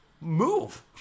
move